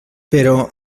però